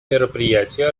мероприятия